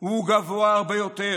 הוא גבוה הרבה יותר